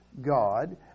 God